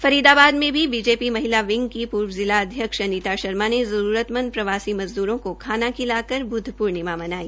फरीदाबाद में भी बीजेपी महिला विंग की पूर्व जिला अध्यक्ष अनीता शर्मा ने जररूतमंद प्रवासी मज़दूरों को खाना खिलाकर ब्द्व पूर्णिमा मनाई